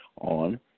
on